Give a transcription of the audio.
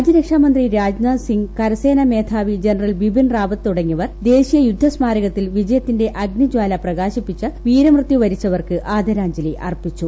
രാജ്യരക്ഷ്യാ മന്ത്രി രാജ്നാഥ് സിംഗ് കരസേനാ മേധാവി ജനറൽ ബിപിൻ ്റ്റാവത്ത് തുടങ്ങിയവർ ദേശീയ യുദ്ധ സ്മാരകത്തിൽ വിജയത്തീന്റെ അഗ്നിജാല പ്രകാശിപ്പിച്ച് വീരമൃത്യു വരിച്ചവർക്ക് ആദരാഞ്ജലി അർപ്പിച്ചു